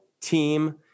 team